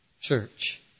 church